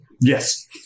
Yes